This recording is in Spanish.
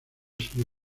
sido